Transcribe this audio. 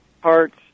parts